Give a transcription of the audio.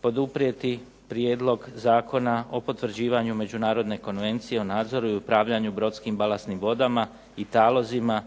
poduprijeti Prijedlog zakona o potvrđivanju Međunarodne konvencije o nadzoru i upravljanju brodskim balastnim vodama i talozima